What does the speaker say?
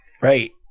right